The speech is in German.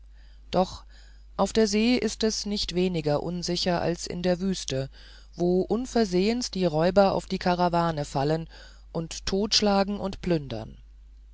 doch auf der see ist es nicht weniger unsicher als in der wüste wo unversehens die räuber auf die karawanen fallen und totschlagen und plündern